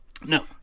No